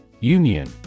Union